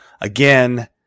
again